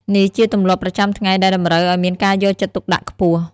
នេះជាទម្លាប់ប្រចាំថ្ងៃដែលតម្រូវឲ្យមានការយកចិត្តទុកដាក់ខ្ពស់។